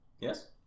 Yes